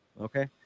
okay